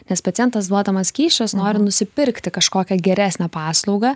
nes pacientas duodamas kyšius nori nusipirkti kažkokią geresnę paslaugą